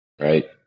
right